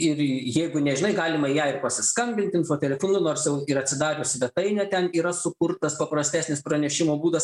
ir jeigu nežinai galima į ją ir pasiskambint info telefonu nors jau ir atsidarius svetainę ten yra sukurtas paprastesnis pranešimo būdas